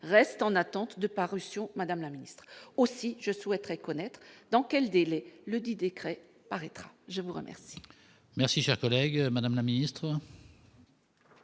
reste en attente de parution, madame la ministre. Aussi, je souhaiterais savoir dans quel délai ledit décret paraîtra. La parole